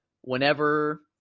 whenever